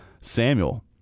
Samuel